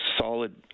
solid